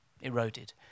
eroded